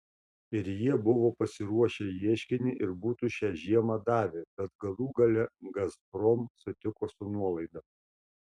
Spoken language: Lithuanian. ir jie buvo pasiruošę ieškinį ir būtų šią žiemą davę bet galų gale gazprom sutiko su nuolaida